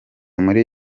muri